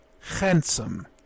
handsome